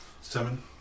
Seven